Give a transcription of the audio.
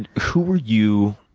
and who were you,